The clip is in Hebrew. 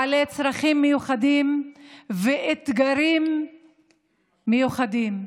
בעלי צרכים מיוחדים ואתגרים מיוחדים.